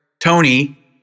Tony